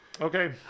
Okay